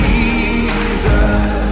Jesus